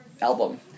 album